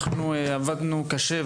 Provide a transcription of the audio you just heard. אנחנו עבדנו קשה,